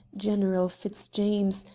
general fitzjames,